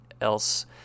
else